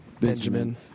Benjamin